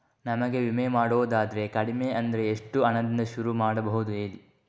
ನಮಗೆ ವಿಮೆ ಮಾಡೋದಾದ್ರೆ ಕಡಿಮೆ ಅಂದ್ರೆ ಎಷ್ಟು ಹಣದಿಂದ ಶುರು ಮಾಡಬಹುದು ಹೇಳಿ